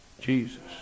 Jesus